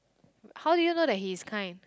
how do you know that he is kind